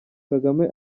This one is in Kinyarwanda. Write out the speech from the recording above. kagame